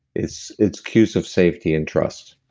it's it's cues of safety and trust.